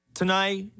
tonight